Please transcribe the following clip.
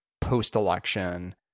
post-election